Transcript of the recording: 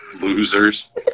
Losers